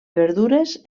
verdures